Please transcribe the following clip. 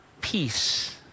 peace